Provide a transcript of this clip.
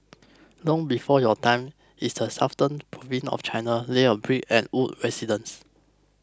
long before your time in the southern province of China lay a brick and wood residence